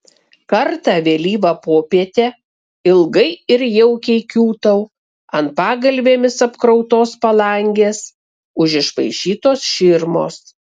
kartą vėlyvą popietę ilgai ir jaukiai kiūtau ant pagalvėmis apkrautos palangės už išpaišytos širmos